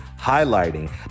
highlighting